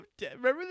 Remember